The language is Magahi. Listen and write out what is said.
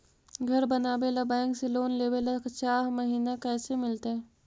घर बनावे ल बैंक से लोन लेवे ल चाह महिना कैसे मिलतई?